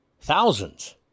Thousands